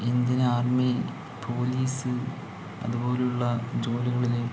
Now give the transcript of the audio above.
Indian army police അതുപോലെയുള്ള ജോലികളിൽ